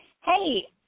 Hey